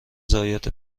ضایعات